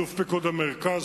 אלוף פיקוד המרכז,